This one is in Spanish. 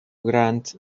grant